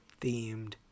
themed